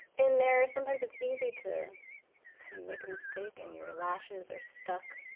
in there. sometimes it's easy to kind of make a mistake, and your lashes are stuck.